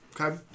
Okay